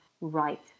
right